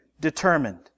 determined